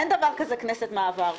אין דבר כזה כנסת מעבר.